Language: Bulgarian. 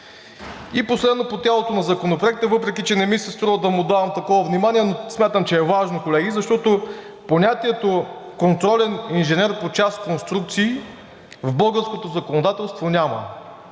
И последно, по тялото на Законопроекта, въпреки че не ми се струва да му отдавам такова внимание, но смятам, че е важно, колеги, защото понятието „контролен инженер по част „Конструкции“ в българското законодателство няма.